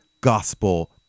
Gospel